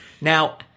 Now